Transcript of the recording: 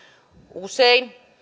usein